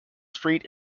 street